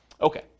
Okay